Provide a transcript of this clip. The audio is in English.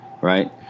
right